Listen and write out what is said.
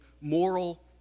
moral